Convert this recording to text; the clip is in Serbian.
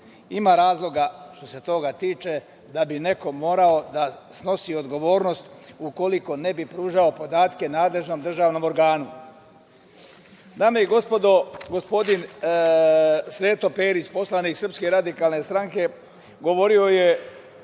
Ima razloga što se toga tiče, neko bi morao da snosi odgovornost ukoliko ne bi pružao podatke nadležnom državnom organu. Dame i gospodo, gospodin Sreto Perić, poslanik Srpske radikalne stranke govorio je